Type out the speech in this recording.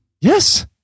Yes